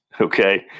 okay